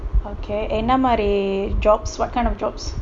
okay என்னமாதிரி:enna madhiri jobs what kind of jobs